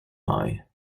mine